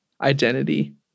identity